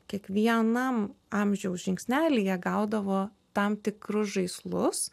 kiekvienam amžiaus žingsnelyje gaudavo tam tikrus žaislus